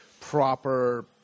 proper